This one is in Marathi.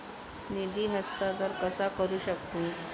निधी हस्तांतर कसा करू शकतू?